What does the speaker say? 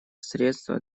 средство